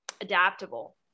adaptable